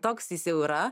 toks jis jau yra